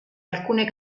alcune